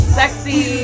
sexy